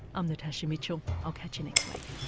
i'm natasha mitchell, i'll catch you next week